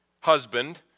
husband